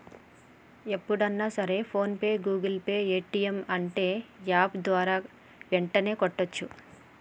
ఎప్పుడన్నా సరే PhonePe Google Pay Paytm అంటే యాప్ ద్వారా యెంటనే కట్టోచ్చు